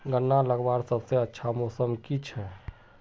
गन्ना लगवार सबसे अच्छा मौसम की छे?